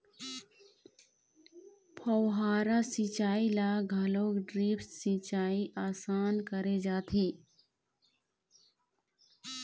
फव्हारा सिंचई ल घलोक ड्रिप सिंचई असन करे जाथे